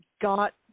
got